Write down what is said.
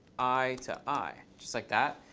i to i, just like that,